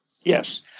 Yes